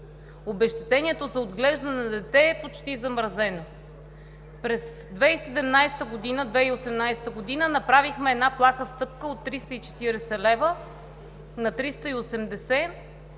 обезщетението за отглеждане на дете е почти замразено. През 2018 г. направихме една плаха стъпка от 340 лв. на 380 лв.